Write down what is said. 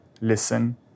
listen